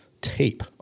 tape